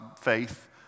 faith